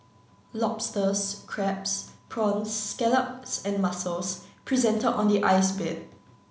lobsters crabs prawns scallops and mussels presented on the ice bed